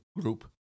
group